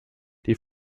die